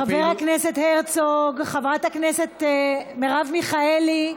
חבר הכנסת הרצוג, חברת הכנסת מרב מיכאלי,